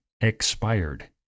expired